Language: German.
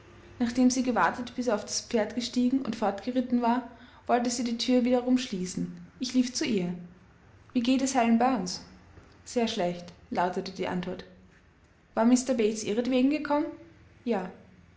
nachdem sie gewartet bis er aufs pferd gestiegen und fortgeritten war wollte sie die thür wiederum schließen ich lief zu ihr wie geht es helen burns sehr schlecht lautete die antwort war mr bates ihretwegen gekommen ja